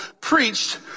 preached